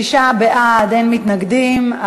שישה בעד, אין מתנגדים.